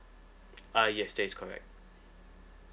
uh yes that is correct